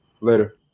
Later